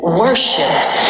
worshipped